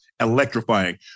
electrifying